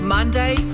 Monday